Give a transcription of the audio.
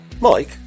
Mike